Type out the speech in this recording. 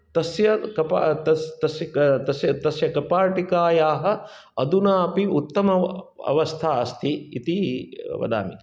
तस्य कप् तस्य तस्य तस्य तस्य कपाटिकायाः अधुनापि उत्तम अवस्था अस्ति इति वदामि